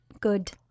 good